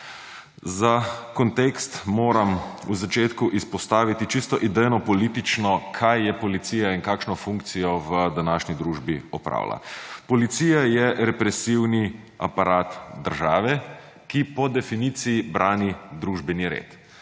Za kontekst moram v začetku izpostaviti čisto idejnopolitično, kaj je policija in kakšno funkcijo v današnji družbi opravlja. Policija je represivni aparat države, ki po definiciji brani družbeni red.